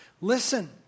Listen